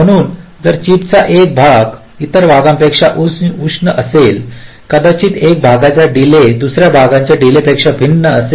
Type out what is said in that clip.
म्हणून जर चिप चा एक भाग इतर भागापेक्षा उष्ण असेल तर कदाचित एका भागाची डीले दुसर्या भागाच्या डीले पेक्षा भिन्न असेल